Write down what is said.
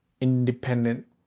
independent